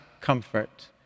comfort